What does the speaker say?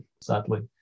sadly